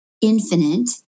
infinite